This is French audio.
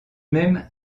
même